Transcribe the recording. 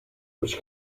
which